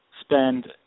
spend